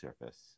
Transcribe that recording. surface